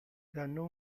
ganó